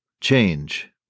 change